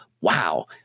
wow